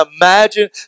imagine